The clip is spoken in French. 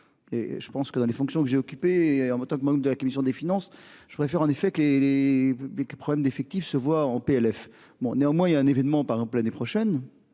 Et je pense que dans les fonctions que j'ai occupé, en moto, membre de la commission des finances, je préfère en effet que les. Problèmes d'effectifs se voit en PLF bon néanmoins il y a un événement par an pour l'année prochaine